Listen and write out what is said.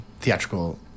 theatrical